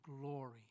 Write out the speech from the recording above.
glory